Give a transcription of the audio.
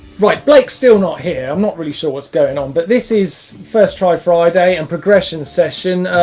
right, blake's still not here. i'm not really sure what's going on, but this is first try friday and progression session,